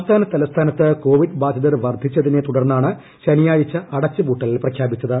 സംസ്ഥാന തലസ്ഥാനത്ത് കോവിഡ് ബാധിതർ വർദ്ധിച്ചതിനെ തുടർന്നാണ് ശനിയാഴ്ച അടച്ചുപൂട്ടൽ പ്രഖ്യാപിച്ചത്